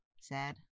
Sad